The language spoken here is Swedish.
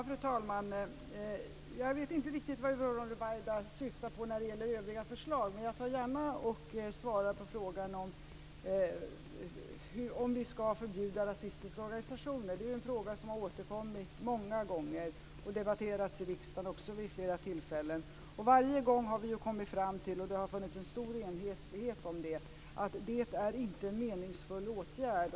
Fru talman! Jag vet inte riktigt vad Yvonne Ruwaida syftar på när det gäller övriga förslag, men jag svara gärna på frågan om vi skall förbjuda rasistiska organisationer. Det är en fråga som har återkommit många gånger och också debatterats i riksdagen vid flera tillfällen. Varje gång har vi kommit fram till - det har funnits en stor enighet om det - att det inte är en meningsfull åtgärd.